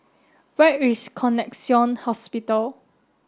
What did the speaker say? where is Connexion Hospital